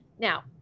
Now